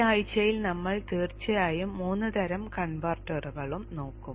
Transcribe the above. ഈ ആഴ്ചയിൽ നമ്മൾ തീർച്ചയായും മൂന്ന് തരം കൺവെർട്ടറുകളും നോക്കും